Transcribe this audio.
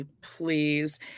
please